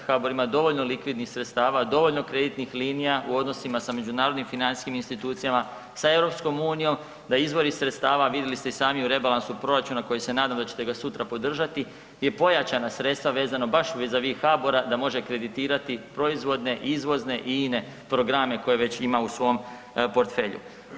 HBOR ima dovoljno likvidnih sredstava dovoljno kreditnih linija u odnosima sa međunarodnim financijskim institucijama sa EU da izvori sredstava, vidjeli ste sami u rebalansu proračuna koji se nadam da ćete ga sutra podržati je pojačana sredstva vezano baš vis a vis HBOR-a da može kreditirati proizvodne, izvozne i ine programe koje ima već su svom portfelju.